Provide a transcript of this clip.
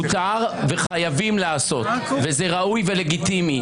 הפגנה מותר וחייבים לעשות, וזה ראוי ולגיטימי.